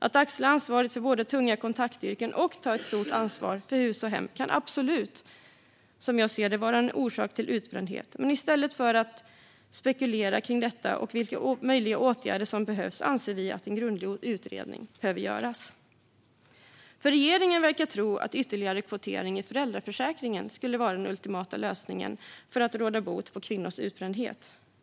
Att både axla ansvaret för ett tungt kontaktyrke och ta ett stort ansvar för hus och hem kan som jag ser det absolut vara en orsak till utbrändhet, men i stället för att spekulera kring detta och vilka möjliga åtgärder som behövs anser vi att en grundlig utredning behöver göras. Regeringen verkar tro att ytterligare kvotering i föräldraförsäkringen skulle vara den ultimata lösningen för att råda bot på kvinnors utbrändhet.